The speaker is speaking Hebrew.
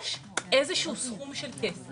מבקש סוג של כסף,